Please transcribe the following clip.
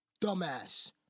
dumbass